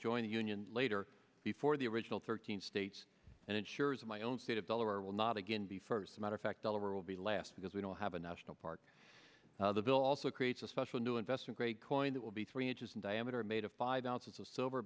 join the union later before the original thirteen states and insurers of my own state of delaware will not again be first a matter of fact dollar will be last because we don't have a national park the bill also creates a special new investment grade coin that will be three inches in diameter made of five ounces of silver